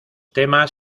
temas